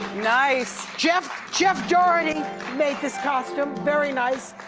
nice. jeff jeff journey made this costume. very nice,